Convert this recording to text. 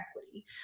equity